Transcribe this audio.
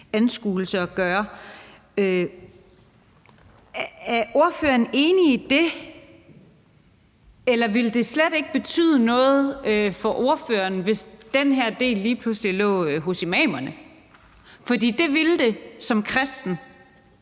anskuelse at gøre. Er ordføreren enig i det? Eller ville det slet ikke betyde noget for ordføreren, hvis den her del lige pludselig lå hos imamerne? For det ville, som kristen,